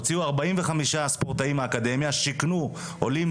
הוציאו 45 ספורטאים מהאקדמיה ושיכנו עולים